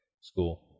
school